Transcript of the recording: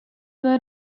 led